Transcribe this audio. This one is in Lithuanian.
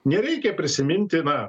nereikia prisiminti na